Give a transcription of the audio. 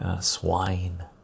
Swine